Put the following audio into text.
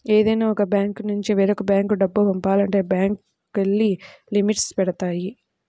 ఏదైనా ఒక బ్యాంకునుంచి వేరొక బ్యేంకు డబ్బు పంపాలంటే బ్యేంకులు కొన్ని లిమిట్స్ పెడతాయి